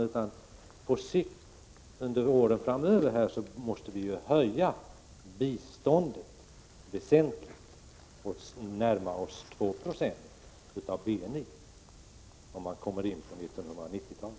Vi måste under åren framöver höja biståndet väsentligt och närma oss 2 96 av BNI när vi kommer in på 1990-talet.